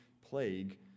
plague